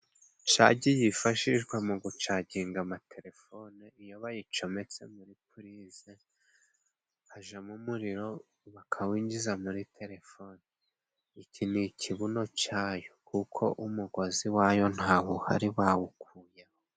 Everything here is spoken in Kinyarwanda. Cagi yifashishwa mu gucakinga amatelefone, iyo bayicometse muri purize hajamo umuriro bakawinjiza muri telefoni. Iki ni ikibuno cayo, kuko umugozi wayo ntawuhari bawukuyeho.